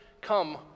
come